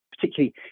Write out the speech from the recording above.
particularly